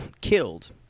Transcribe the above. Killed